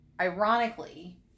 ironically